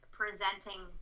presenting